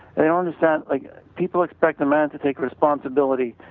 they don't understand like people except the man to take responsibility.